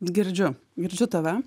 girdžiu girdžiu tave